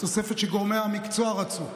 תוספת שגורמי המקצוע רצו,